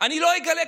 אני לא אגלה,